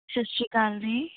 ਸਤਿ ਸ਼੍ਰੀ ਅਕਾਲ ਜੀ